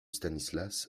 stanislas